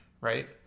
right